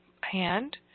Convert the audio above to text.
hand